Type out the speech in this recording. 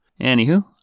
Anywho